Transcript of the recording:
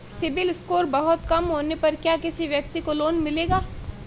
CIBIL score बहुत कम होने पर क्या किसी व्यक्ति को लोंन मिलेगा?